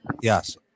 Yes